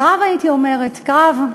קרב, הייתי אומרת, קרב.